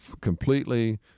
completely